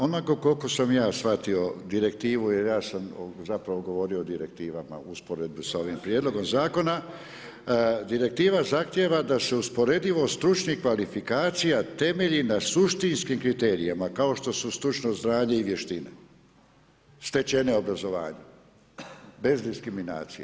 Onoliko koliko sam ja shvatio direktivu jer ja sam zapravo govorio o direktivama u usporedbi sa ovim prijedlogom zakona, direktiva zahtjeva da se usporedivo stručnih kvalifikacija temelji na suštinskim kriterijima kao što su stručno znanje i vještine stečene u obrazovanju, bez diskriminacije.